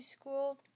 school